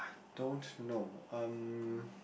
I don't know um